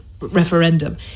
referendum